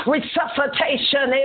Resuscitation